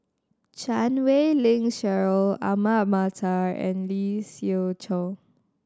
Chan Wei Ling Cheryl Ahmad Mattar and Lee Siew Choh